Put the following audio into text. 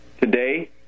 Today